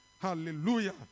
Hallelujah